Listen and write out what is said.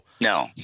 no